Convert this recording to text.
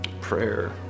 Prayer